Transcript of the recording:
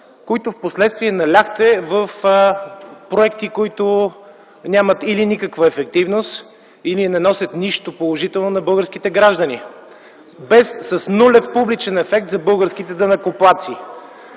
които впоследствие наляхте в проекти, които нямат или никаква ефективност, или не носят нищо положително на българските граждани, с нулев публичен ефект за българските данъкоплатци.